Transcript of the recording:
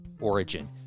Origin